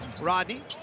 Rodney